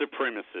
supremacists